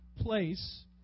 place